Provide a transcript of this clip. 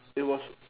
it was